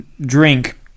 drink